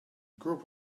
group